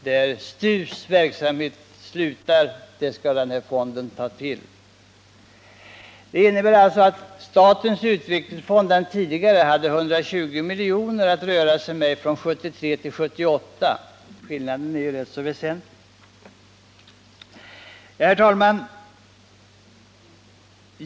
Där STU:s verksamhet slutar, där skall den här fonden ta vid. Statens utvecklingsfond hade 120 miljoner att röra sig med från 1973 till 1978 — skillnaden är ju rätt väsentlig. Herr talman!